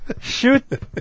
shoot